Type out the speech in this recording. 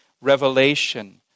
Revelation